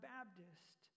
Baptist